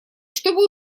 чтобы